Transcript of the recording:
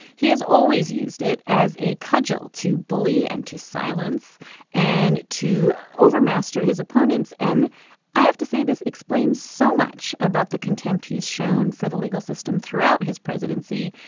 he has always used it as a cudgel to bully and to silence and to over master his opponents. and i have to say this explains so much about the contempt he has shown for the legal system throughout his presidency.